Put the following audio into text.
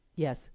Yes